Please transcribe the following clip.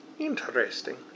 Interesting